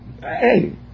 hey